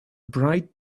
bright